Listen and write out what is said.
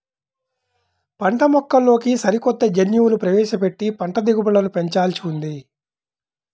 పంటమొక్కల్లోకి సరికొత్త జన్యువులు ప్రవేశపెట్టి పంట దిగుబడులను పెంచాల్సి ఉంది